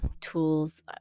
tools